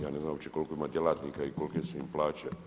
Ja ne znam uopće koliko ima djelatnika i kolike su im plaće.